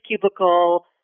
cubicle